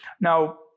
Now